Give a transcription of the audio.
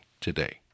today